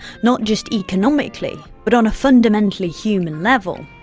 not just economically, but on a fundamentally human level.